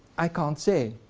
i can't say,